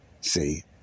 See